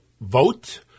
vote